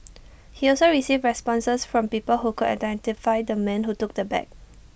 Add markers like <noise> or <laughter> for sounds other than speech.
<noise> he also received responses from people who could identify the man who took the bag